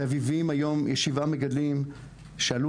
באביבים היום יש שבעה מגדלים שהלול